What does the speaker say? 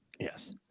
Yes